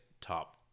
top